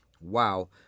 Wow